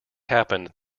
happened